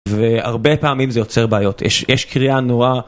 והרבה פעמים זה יוצר בעיות, יש קריאה נורא.